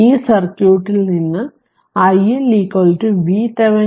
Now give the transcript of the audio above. ഈ സർക്യൂട്ട് നിന്ന് iL VThevenin RThevenin RL